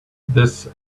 this